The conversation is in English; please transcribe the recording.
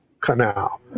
canal